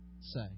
say